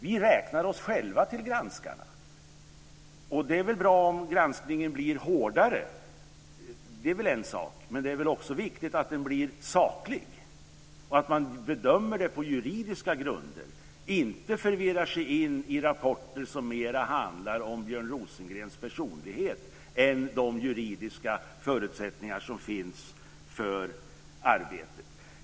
Vi räknar oss själva till granskarna. Det är väl bra om granskningen blir hårdare. Det är väl en sak. Men det är väl också viktigt att den blir saklig, att man bedömer det här på juridiska grunder och inte förirrar sig in i rapporter som mer handlar om Björn Rosengrens personlighet än om de juridiska förutsättningar som finns för arbetet.